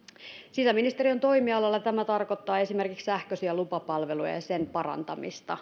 sisäministeriön toimialalla tämä tarkoittaa esimerkiksi sähköisiä lupapalveluja ja ja niiden parantamista